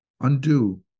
Undo